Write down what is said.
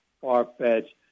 far-fetched